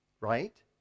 right